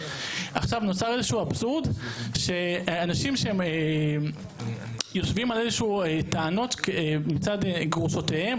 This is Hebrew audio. נוצר איזשהו אבסורד שאנשים שיושבים על איזשהן טענות מצד גרושותיהם,